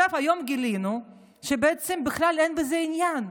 היום גילינו שבעצם בכלל אין בזה עניין.